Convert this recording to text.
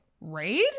raid